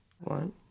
one